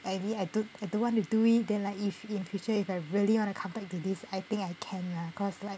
I really I don't I don't want to do it then like if in future if I really want to come back to this I think I can lah cause like